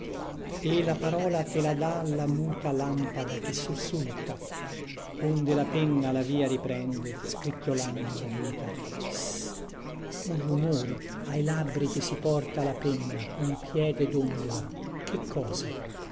e la parola te la dà la muta lampada che sussulta onde la penna la via riprende scricchiolando arguta st un rumore ai labbri ti si porta la penna un piede dondola che cosa